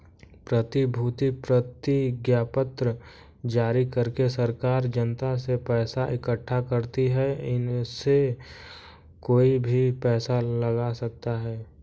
प्रतिभूति प्रतिज्ञापत्र जारी करके सरकार जनता से पैसा इकठ्ठा करती है, इसमें कोई भी पैसा लगा सकता है